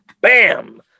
Bam